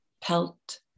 pelt